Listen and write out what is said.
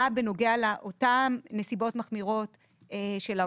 בנוגע לאותן נסיבות מחמירות של העונשים.